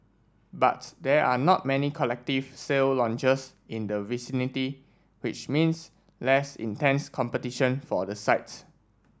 but there are not many collective sale launches in the vicinity which means less intense competition for the site